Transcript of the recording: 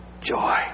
joy